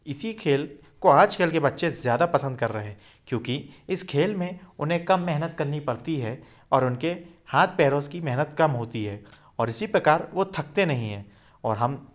इसी खेल को आज कल के बच्चे ज़्यादा पसंद कर रहे हैं क्योंकि इस खेल में उन्हें कम मेहनत करनी पड़ती है और उनके हाथ पैरों की मेहनत कम होती है और इसी प्रकार वो थकते नहीं है और हम